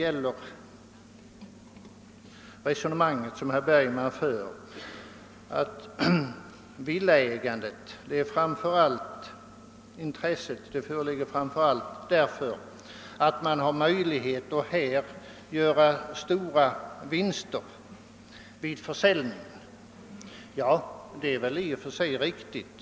Det resonemang som herr Bergman för om att intresset för villaägandet framför allt är motiverat av att det föreligger möjligheter att göra stora vinster vid försäljningen är väl i och för sig riktigt.